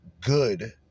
good